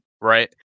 right